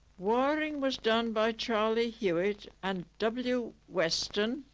wiring was done by charlie hewitt. and w weston,